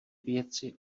věci